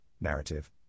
narrative